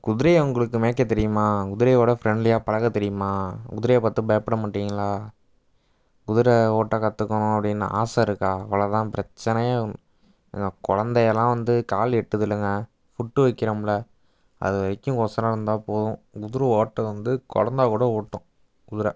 குதிரையை உங்களுக்கு மேய்க்க தெரியுமா குதிரையோடு ஃப்ரெண்ட்லியாக பழக தெரியுமா குதிரையை பார்த்து பயப்பட மாட்டீங்களா குதிரை ஓட்ட கற்றுக்கணும் அப்படின்னு ஆசை இருக்கா அவ்வளோ தான் பிரச்சினையே இதுதான் கொழந்தையெலாம் வந்து கால் எட்டுதில்லங்க ஃபுட்டு வைக்கிறோம்ல அதை வைக்கும் ஒயரம் இருந்தால் போதும் குதிரை ஓட்ட வந்து கொழந்த கூட ஓட்டும் குதிரை